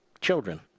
children